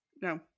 No